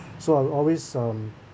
so I'm always um